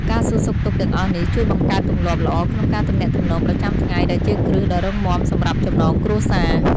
ការសួរសុខទុក្ខទាំងអស់នេះ ជួយបង្កើតទម្លាប់ល្អក្នុងការទំនាក់ទំនងប្រចាំថ្ងៃ ដែលជាគ្រឹះដ៏រឹងមាំសម្រាប់ចំណងគ្រួសារ។